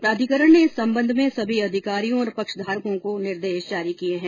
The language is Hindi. प्राधिकरण ने इस संबंध में समी अधिकारियों और पक्षधारकों को निर्देश जारी किए हैं